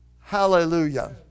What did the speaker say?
Hallelujah